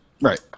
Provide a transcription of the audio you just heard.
Right